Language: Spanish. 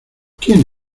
quién